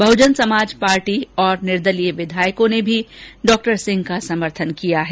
Bahujan Samaj party और निर्दलीय विधायकों ने भी श्री सिंह का समर्थन किया है